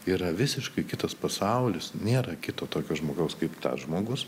yra visiškai kitas pasaulis nėra kito tokio žmogaus kaip tas žmogus